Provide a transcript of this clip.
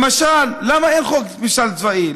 למשל, למה אין חוק ממשל צבאי?